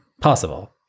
Possible